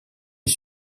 les